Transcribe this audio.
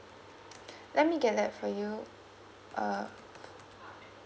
let me get that for you uh